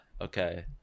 Okay